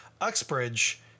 uxbridge